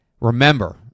Remember